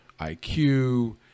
IQ